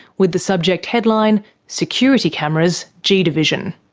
with the subject headline security cameras g division.